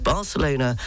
Barcelona